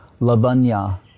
Lavanya